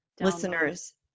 listeners